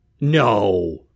No